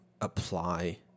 apply